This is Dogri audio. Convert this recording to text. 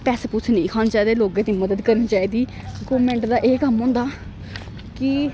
पैसे पूसे नेईं खाने चाहिदे लोकें दी मदद करनी चाहिदी गौरमेंट दा एह् कम्म होंदा कि